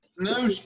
No